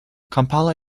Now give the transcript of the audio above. kampala